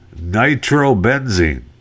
nitrobenzene